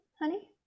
honey